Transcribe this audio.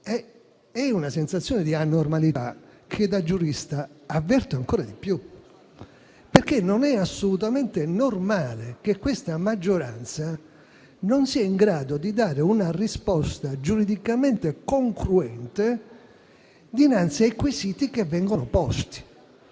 È una sensazione di anormalità che, da giurista, avverto ancora di più. Non è assolutamente normale che questa maggioranza non sia in grado di dare una risposta giuridicamente congruente dinanzi ai quesiti che vengono posti.